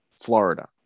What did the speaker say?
Florida